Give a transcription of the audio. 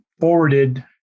forwarded